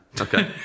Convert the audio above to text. Okay